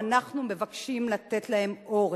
אנחנו מבקשים לתת להם עורף,